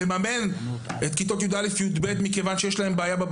לממן את כיתות יא׳ ו-יב׳ כיוון שיש בעיה עם הגשה